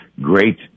Great